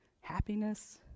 happiness